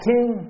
King